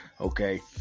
Okay